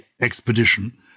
expedition